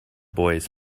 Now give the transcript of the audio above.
boys